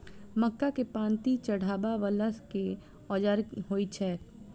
मक्का केँ पांति चढ़ाबा वला केँ औजार होइ छैय?